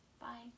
Bye